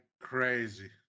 crazy